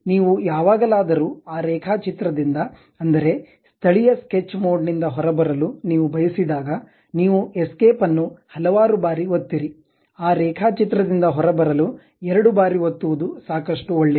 ನೀವು ಯಾವಾಗಲಾದರೂ ಆ ರೇಖಾಚಿತ್ರದಿಂದ ಅಂದರೆ ಸ್ಥಳೀಯ ಸ್ಕೆಚ್ ಮೋಡ್ ನಿಂದ ಹೊರಬರಲು ನೀವು ಬಯಸಿದಾಗ ನೀವು ಎಸ್ಕೇಪ್ ಅನ್ನು ಹಲವಾರು ಬಾರಿ ಒತ್ತಿರಿ ಆ ರೇಖಾಚಿತ್ರದಿಂದ ಹೊರಬರಲು ಎರಡು ಬಾರಿ ಒತ್ತುವದು ಸಾಕಷ್ಟು ಒಳ್ಳೆಯದು